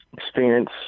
experience